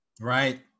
right